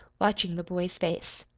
watching the boy's face.